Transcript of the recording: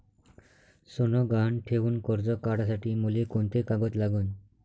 सोनं गहान ठेऊन कर्ज काढासाठी मले कोंते कागद लागन?